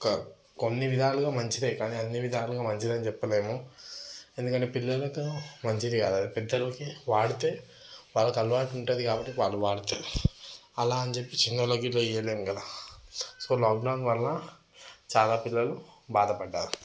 ఒక కొన్ని విధాలుగా మంచిదే కానీ అన్ని విధాలుగా మంచిదని చెప్పలేము ఎందుకంటే పిల్లలకు మంచిది కాదు అది పెద్దలకి వాడితే వాళ్లకు అలవాటు ఉంటుంది కాబట్టి వాళ్ళు వాడతారు అలా అని చెప్పి చిన్నోల్లకి గిట్లా ఇయ్యలేము కదా సో లాక్డౌన్ వలన చాలా పిల్లలు బాధపడ్డారు